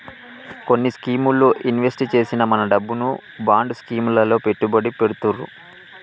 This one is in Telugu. కొన్ని స్కీముల్లో ఇన్వెస్ట్ చేసిన మన డబ్బును బాండ్ స్కీం లలో పెట్టుబడి పెడతుర్రు